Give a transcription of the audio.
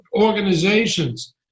organizations